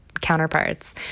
counterparts